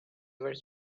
were